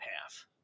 half